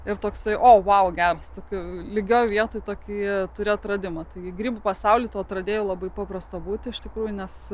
ir toksai o vau geras tokių lygioje vietoj tokie turi atradimą taigi grybų pasaulyje to atradėjo labai paprasta būti iš tikrųjų nes